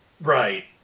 Right